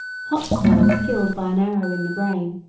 hotspur was killed by an arrow in the brain,